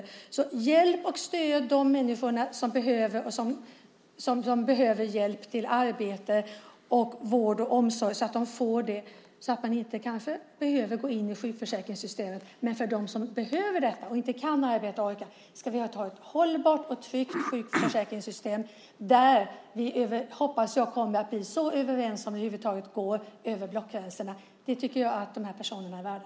Alltså: Hjälp och stöd till de människor som behöver det för att få ett arbete samt vård och omsorg så att de kanske inte behöver gå in i sjukförsäkringssystemet. För dem som inte kan och inte orkar arbeta ska vi däremot ha ett hållbart och tryggt sjukförsäkringssystem, och jag hoppas att vi kommer att bli så överens över blockgränserna som det över huvud taget är möjligt. Det tycker jag att de personerna är värda.